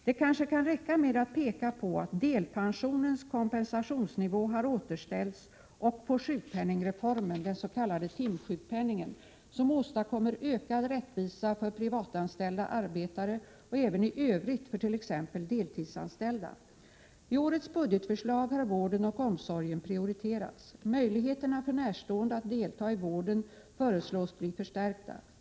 Det kanske kan räcka med att peka på att delpensionens kompensationsnivå har återställts och på sjukpenningreformen, den s.k. timsjukpenningen, som åstadkommer ökad rättvisa för privatanställda arbetare och även i övrigt för t.ex. deltidsanställda. T årets budgetförslag har vården och omsorgen prioriterats. Möjligheterna för närstående att delta i vården föreslås bli förstärkta.